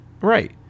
right